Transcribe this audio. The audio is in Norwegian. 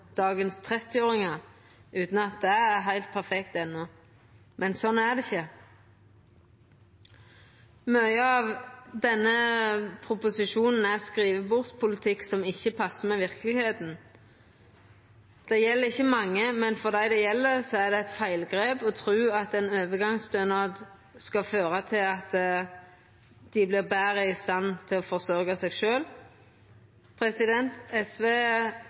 dagens 30-åringar – utan at det er heilt perfekt enno. Men slik er det ikkje. Mykje av denne proposisjonen er skrivebordspolitikk som ikkje passar med verkelegheita. Det gjeld ikkje mange, men for dei det gjeld, er det eit feilgrep å tru at ein overgangsstønad skal føra til at dei vert betre i stand til å forsørgja seg sjølve. SV